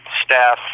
staff